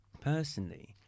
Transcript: personally